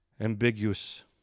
Ambiguous